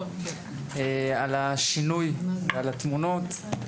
לשינוי, על התמונות.